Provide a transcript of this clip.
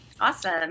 Awesome